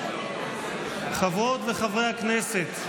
חברות וחברי הכנסת,